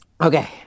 Okay